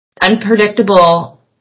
unpredictable